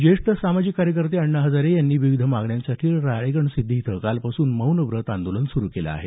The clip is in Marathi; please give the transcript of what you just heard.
ज्येष्ठ समाजसेवक अण्णा हजार यांनी विविध मागण्यांसाठी राळेगणसिद्धी इथं कालपासून मौन व्रत आंदोलन सुरु केलं आहे